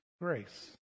grace